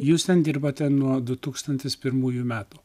jūs ten dirbate nuo du tūkstantis pirmųjų metų